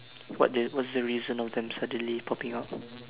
what the what's the reason of them suddenly popping out